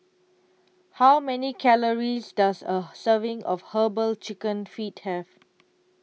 How Many Calories Does A Serving of Herbal Chicken Feet Have